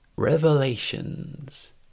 revelations